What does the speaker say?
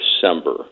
December